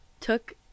took